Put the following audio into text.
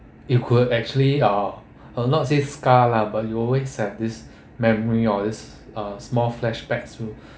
it could actually uh uh not say scar lah but you always had this memory or this uh small flashbacks wh~